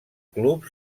club